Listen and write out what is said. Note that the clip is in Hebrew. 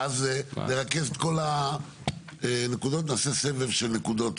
ואז לרכז את כל הנקודות, נעשה סבב של נקודות